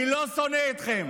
אני לא שונא אתכם.